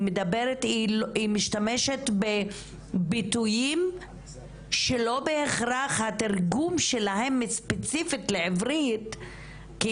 היא משתמשת בביטויים שהתרגום שלהם לעברית לא